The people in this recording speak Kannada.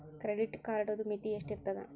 ಕ್ರೆಡಿಟ್ ಕಾರ್ಡದು ಮಿತಿ ಎಷ್ಟ ಇರ್ತದ?